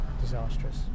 disastrous